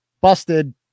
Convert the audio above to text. Busted